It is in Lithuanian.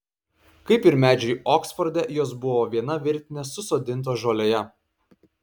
kaip ir medžiai oksforde jos buvo viena virtine susodintos žolėje